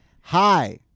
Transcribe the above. Hi